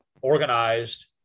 organized